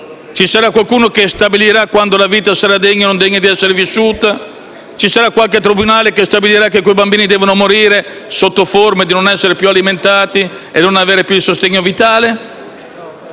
Ci sarà qualcuno che stabilirà quando la vita sarà degna o no di essere vissuta? Ci sarà qualche tribunale che stabilirà che quei bambini devono morire sotto forma di interruzione dell'alimentazione e del sostegno vitale?